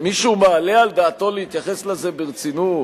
מישהו מעלה על דעתו להתייחס לזה ברצינות?